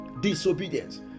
Disobedience